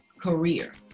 career